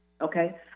Okay